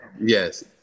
Yes